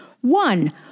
One